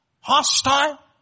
hostile